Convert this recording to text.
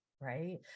right